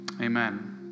amen